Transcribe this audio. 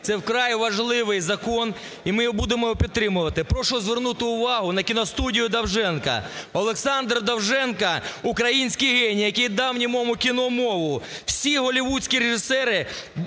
це вкрай важливий закон, і ми його будемо підтримувати. Прошу звернути увагу на кіностудію Довженко. Олександр Довженко – український геній, який дав німому кіно мову. Всі голлівудські режисери,